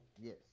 Yes